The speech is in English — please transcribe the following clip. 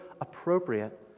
appropriate